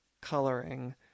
coloring